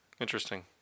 interesting